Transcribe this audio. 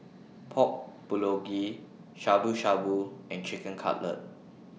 Pork Bulgogi Shabu Shabu and Chicken Cutlet